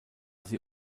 sie